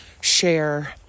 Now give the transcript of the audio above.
share